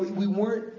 we weren't,